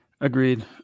Agreed